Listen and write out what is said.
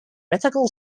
mythical